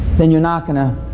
then you're not going to,